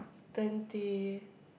twenty